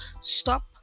stop